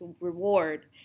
reward